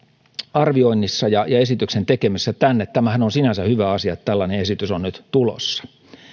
arvioinnissa ja ja esityksen tekemisessä tänne tämähän on sinänsä hyvä asia että tällainen esitys on nyt tulossa